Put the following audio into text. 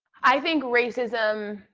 i think racism